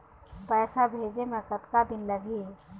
पैसा भेजे मे कतका दिन लगही?